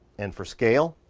and for scale,